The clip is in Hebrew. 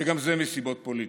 וגם זה מסיבות פוליטיות,